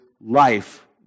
life